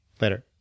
Later